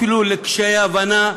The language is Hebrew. אפילו לקשי הבנה,